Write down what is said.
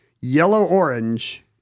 yellow-orange